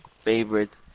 favorite